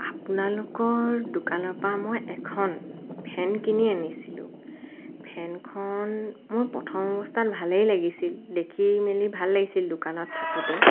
আপোনালোকৰ দোকানৰ পৰা মই এখন ফেন কিনি আনিছিলোঁ ফেনখন মোৰ প্ৰথম অৱস্থাত ভালেই লাগিছিল দেখি মেলি ভাল লাগিছিল দোকানত থাকোঁতে